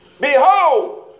Behold